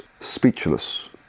speechless